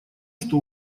что